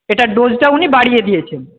এটার ডোজটা উনি বাড়িয়ে দিয়েছেন